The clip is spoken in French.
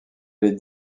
les